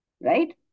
Right